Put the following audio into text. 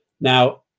Now